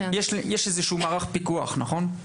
יש איזשהו מערך פיקוח נכון?